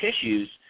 tissues